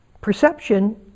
perception